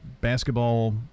basketball